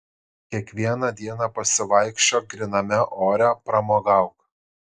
kiekvieną dieną pasivaikščiok gryname ore pramogauk